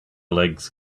legs